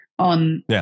on